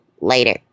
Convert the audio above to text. Later